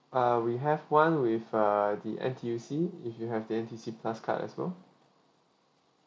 uh we have one with uh N_T_U_C if you have the N_T_U_C plus card as well